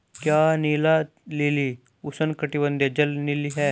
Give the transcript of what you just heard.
क्या नीला लिली उष्णकटिबंधीय जल लिली है?